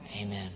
Amen